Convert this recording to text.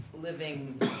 living